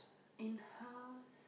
in the house